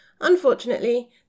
Unfortunately